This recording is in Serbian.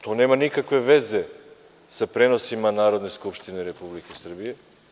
To nema nikakve veze sa prenosima Narodne skupštine Republike Srbije.